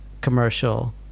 commercial